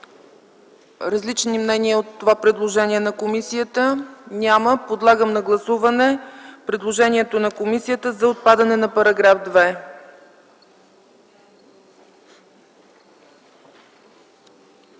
различни мнения по предложението на комисията? Няма. Подлагам на гласуване предложението на комисията за отпадане на § 2.